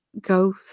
go